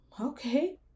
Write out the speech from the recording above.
okay